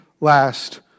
last